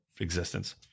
existence